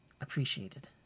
appreciated